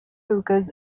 hookahs